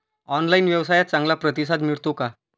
Online व्यवसायात चांगला प्रतिसाद मिळतो का?